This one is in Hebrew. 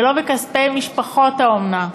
ולא בכספי משפחות האומנה.